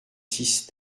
six